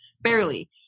Barely